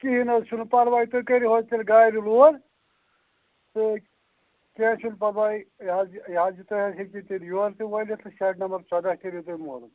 کِہیٖنٛۍ حظ چھُنہٕ پَرواے تُہۍ کٔرِو حظ تیٚلہِ گاڑِ لوڈ تہٕ کیٚنٛہہ چھُنہٕ پَرواے یہِ حظ یہِ یہِ حظ یہِ تُہۍ حظ ہیٚکِو تیٚلہِ یور تہِ وٲلِتھ شَڈ نمبر ژۅداہ کٔرِو تُہۍ مولوٗم